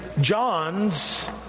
John's